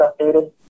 updated